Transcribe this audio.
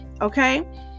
Okay